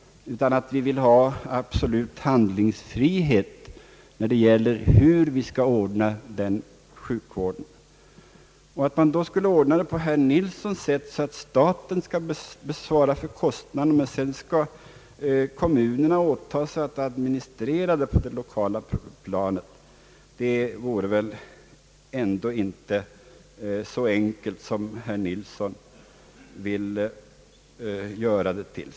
Vi vill ha absolut handlingsfrihet när det gäller hur vi skall ordna sjukvården. Om man då skulle ordna det på herr Nilssons sätt så att staten skall svara för kostnaderna men sedan skall kommunerna åtaga sig att administrera vården på det lokala planet, det vore väl ändå inte så enkelt som herr Nilsson vill göra det till.